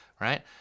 right